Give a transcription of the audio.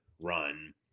run